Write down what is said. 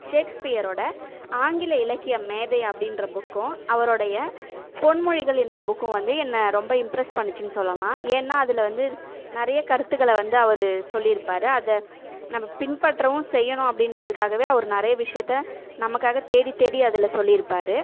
ஷேக்ஸ்பியரோட ஆங்கில இலக்கிய மேதை அப்படின்ற புக்கும் அவருடைய பொன்மொழிகள் என்ற புக்கும் வந்து என்ன ரொம்ப இம்ப்ரெஸ் பண்ணுச்சுன்னு சொல்லலாம் ஏன்னா அதில் வந்து நிறைய கருத்துக்களை வந்து அவர் சொல்லிருப்பார் அதை நம்ம பின்பற்றவும் செய்யணும் அப்படின்றதுக்காகவே அவரு நிறைய விசயத்தை நமக்காகத் தேடி தேடி அதில் சொல்லிருப்பார்